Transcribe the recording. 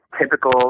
typical